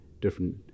different